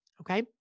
Okay